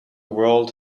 world